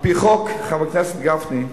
על-פי חוק, חבר הכנסת גפני,